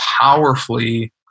powerfully